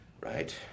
Right